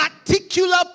particular